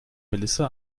melissa